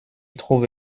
trouve